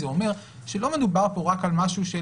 זה אומר שלא מדובר כאן רק על משהו,